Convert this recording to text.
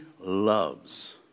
loves